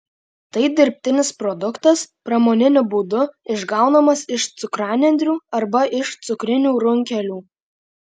tai dirbtinis produktas pramoniniu būdu išgaunamas iš cukranendrių arba iš cukrinių runkelių